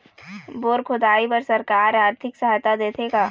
Bore खोदाई बर सरकार आरथिक सहायता देथे का?